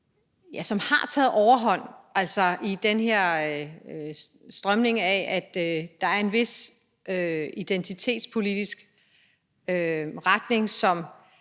som har taget overhånd, altså den her strømning af, at der er en vis identitetspolitisk retning,